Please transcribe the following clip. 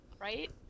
Right